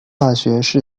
大学